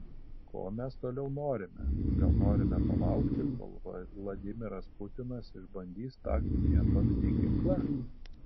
ko mes toliau norime gal norime palaukti kol vladimiras putinas išbandys taktinį atominį ginklą